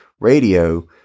radio